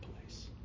place